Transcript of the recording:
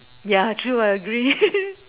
ya true I agree